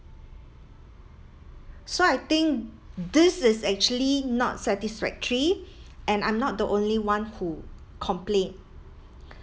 so I think this is actually not satisfactory and I'm not the only one who complain